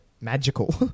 magical